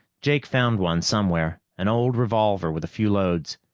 jake found one somewhere, an old revolver with a few loads.